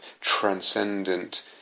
transcendent